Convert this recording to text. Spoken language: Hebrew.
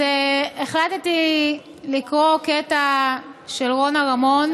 אז החלטתי לקרוא קטע של רונה רמון.